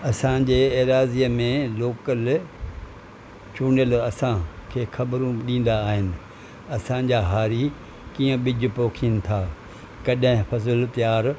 असांजे ऐराज़ीअ में लोकल चूंडियल असांखे ख़बरूं हू ॾींदा आहिनि असांजा हारी कीअं ॿिजु पोखिन था कॾहिं फसलु तयारु